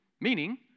meaning